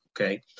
okay